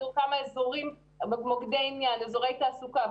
תראו כמה אזורים במוקדי העניין אזורי תעסוקה,